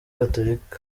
gatolika